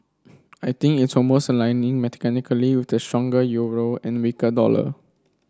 I think it's almost aligning mechanically with the stronger euro and weaker dollar